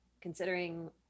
Considering